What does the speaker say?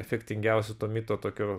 efektingiausių to mito tokio